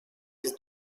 his